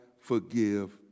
forgive